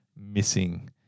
missing